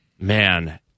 Man